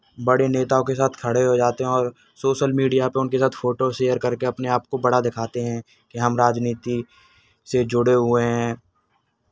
बड़े नेताओं के साथ खड़े हो जाते हैं और सोशल मीडिया पर उनके साथ फोटो शेयर कर के अपने आप को बड़ा दिखाते हैं कि हम राजनीति से जुड़े हुए हैं